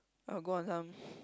I'll go on some